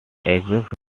exact